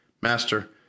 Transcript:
Master